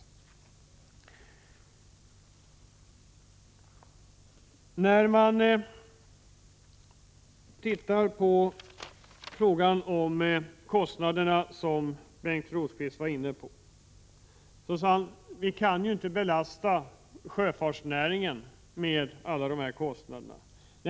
Birger Rosqvist var inne på frågan om kostnaderna. Han sade att vi inte kan belasta sjöfartsnäringen med alla dessa kostnader.